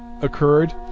occurred